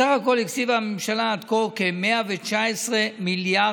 בסך הכול הקציבה הממשלה עד כה כ-119 מיליארד